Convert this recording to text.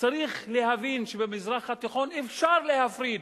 צריך להבין שבמזרח התיכון אפשר להפריד,